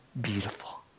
beautiful